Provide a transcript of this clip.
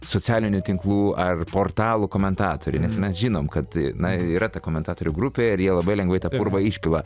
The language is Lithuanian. socialinių tinklų ar portalų komentatoriai nes mes žinom kad na yra ta komentatorių grupė ir jie labai lengvai tą purvą išpila